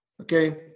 okay